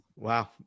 Wow